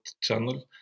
channel